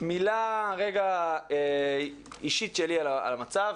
מילה אישית שלי על מצב,